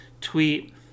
tweet